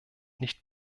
nicht